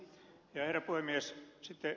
sitten vielä toinen asia